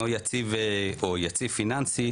שקוף ואחיד וזה נכון, אנחנו כמובן מסכימים אליו.